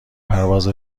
پرواز